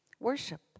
Worship